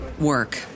work